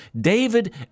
David